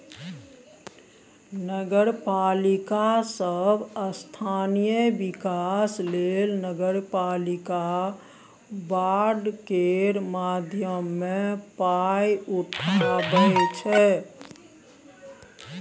नगरपालिका सब स्थानीय बिकास लेल नगरपालिका बॉड केर माध्यमे पाइ उठाबै छै